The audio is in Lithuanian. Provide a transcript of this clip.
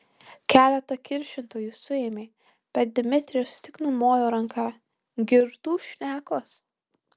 keletą kiršintojų suėmė bet dmitrijus tik numojo ranka girtų šnekos